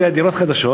אלה היה דירות חדשות,